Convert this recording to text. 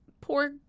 poor